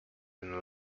and